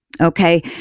Okay